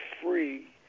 free